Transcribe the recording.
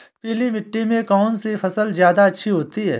पीली मिट्टी में कौन सी फसल ज्यादा अच्छी होती है?